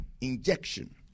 injection